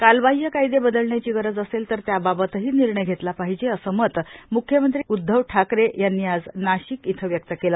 कालबाह्य कायदे बदलण्याची गरज असेल तर त्याबाबतही निर्णय घेतला पाहिजे असे मत म्ख्यमंत्री उद्वव ठाकरे यांनी आज नाशिक व्यक्त केलं